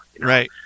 Right